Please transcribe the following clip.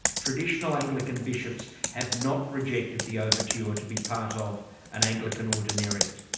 traditional anglican bishops have not rejected the overture to be part of an anglican ordinariate?